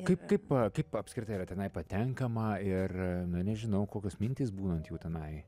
kaip kaip kaip apskritai yra tenai patenkama ir na nežinau kokios mintys būnant jau tenai